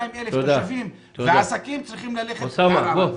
200,000 תושבים ועסקים צריכים ללכת לערערה.